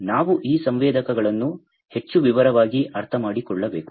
ನಾವು ಈ ಸಂವೇದಕಗಳನ್ನು ಹೆಚ್ಚು ವಿವರವಾಗಿ ಅರ್ಥಮಾಡಿಕೊಳ್ಳಬೇಕು